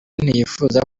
ntiyifuza